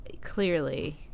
Clearly